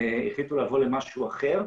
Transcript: החליטו לבוא למשהו אחר,